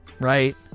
right